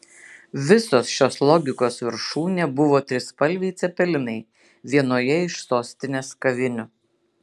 visos šios logikos viršūnė buvo trispalviai cepelinai vienoje iš sostinės kavinių